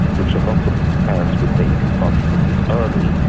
which ah lots of parents would think, gosh, this is early',